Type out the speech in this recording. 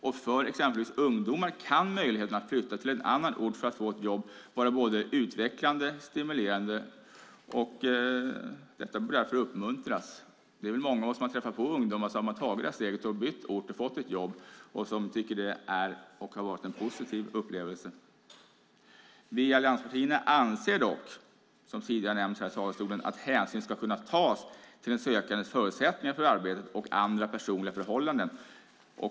Och för exempelvis ungdomar kan möjligheten att flytta till en annan ort för att få ett jobb vara både utvecklande och stimulerande. Detta bör därför uppmuntras. Det är väl många av oss som har träffat på ungdomar som har tagit steget och bytt ort och fått ett jobb och som tycker att det är och har varit en positiv upplevelse. Vi i allianspartierna anser dock, som tidigare nämnts här i talarstolen, att hänsyn ska kunna tas till den sökandes förutsättningar för arbetet och andra personliga förhållanden.